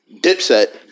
Dipset